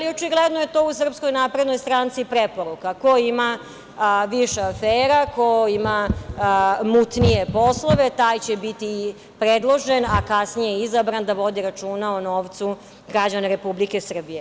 Očigledno je to u SNS preporuka, ko ima više afera, ko ima mutnije poslove, taj će biti predložen, a kasnije i izabran da vodi računa o novcu građana Republike Srbije.